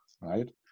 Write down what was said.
right